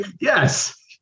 Yes